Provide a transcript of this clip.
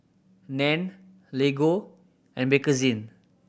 Nan Lego and Bakerzin